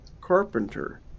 Carpenter